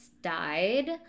died